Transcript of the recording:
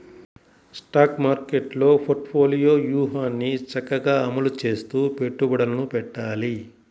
stock మార్కెట్టులో portfolio వ్యూహాన్ని చక్కగా అమలు చేస్తూ పెట్టుబడులను పెట్టాలి